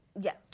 Yes